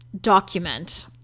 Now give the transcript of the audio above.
document